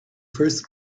first